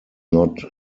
not